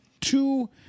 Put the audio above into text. two